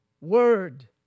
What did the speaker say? word